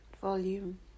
volume